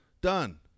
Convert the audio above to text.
Done